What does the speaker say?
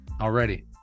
already